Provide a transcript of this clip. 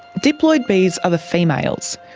diploid bees are the females.